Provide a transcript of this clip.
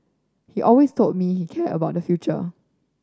he always told me care about the future